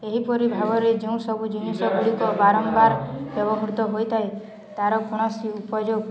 ଏହିପରି ଭାବରେ ଯେଉଁ ସବୁ ଜିନିଷଗୁଡ଼ିକ ବାରମ୍ବାର ବ୍ୟବହୃତ ହୋଇଥାଏ ତାର କୌଣସି ଉପଯୋଗ